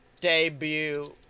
debut